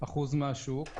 אחוז מהשוק.